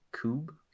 Cube